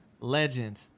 legend